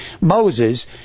Moses